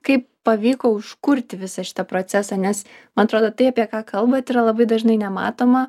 kaip pavyko užkurti šitą procesą nes man atrodo tai apie ką kalbat yra labai dažnai nematoma